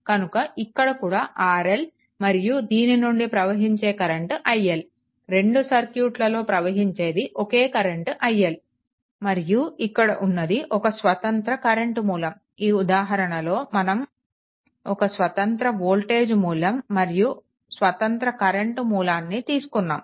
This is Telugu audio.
కనుక ఇది కూడా RL మరియు దీని నుండి ప్రవహించే కరెంట్ iL రెండు సర్క్యూట్లలో ప్రవహించేది ఒకే కరెంట్ iL మరియు ఇక్కడ ఉన్నది ఒక స్వతంత్ర కరెంట్ మూలం ఈ ఉదాహరణలో మనం ఒక స్వతంత్ర వోల్టేజ్ మూలం మరియు స్వతంత్ర కరెంట్ మూలాన్ని తీసుకున్నాము